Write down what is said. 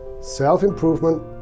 self-improvement